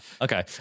okay